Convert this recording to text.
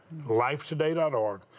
lifetoday.org